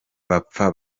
bapfa